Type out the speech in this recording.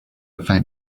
faint